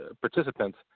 participants